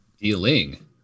Dealing